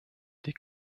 die